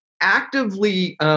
actively